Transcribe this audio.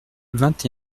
vingt